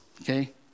okay